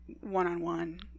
one-on-one